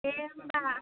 दे होनबा